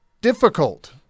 difficult